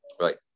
Right